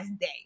day